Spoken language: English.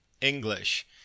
English